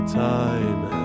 time